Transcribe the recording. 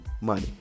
money